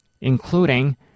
including